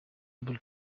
able